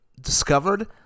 discovered